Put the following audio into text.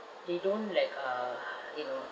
they don't like uh you know